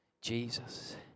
Jesus